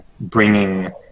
bringing